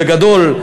בגדול,